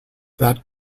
that